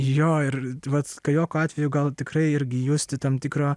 jo ir vat kajoko atveju gal tikrai irgi justi tam tikro